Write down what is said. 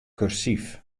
kursyf